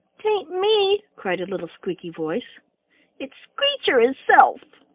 tain't me, cried a little squeaky voice it's screecher hisself.